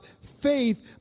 faith